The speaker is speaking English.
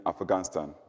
Afghanistan